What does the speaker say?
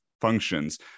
functions